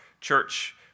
church